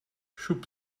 šup